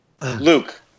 Luke